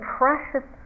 precious